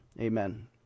amen